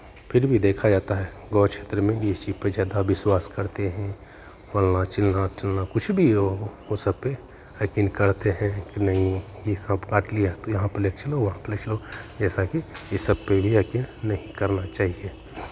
फिर भी देखा जाता है गाँव क्षेत्र में ये चीज़ पे ज़्यादा विश्वास करते हैं फ़लना चिलना टिलना कुछ भी हो वो सब पे यकीन करते हैं कि नहीं ये सांप काट लिया तो यहाँ पे लेके चलो वहाँ पे ले चलो जैसा कि ये सबपे भी यकीन नहीं करना चाहिए